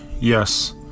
yes